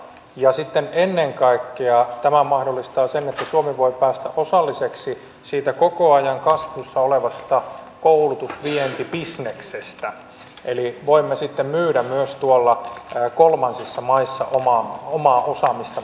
ja sitten ennen kaikkea tämä mahdollistaa sen että suomi voi päästä osalliseksi siitä koko ajan kasvussa olevasta koulutusvientibisneksestä eli voimme sitten myydä myös tuolla kolmansissa maissa omaa osaamistamme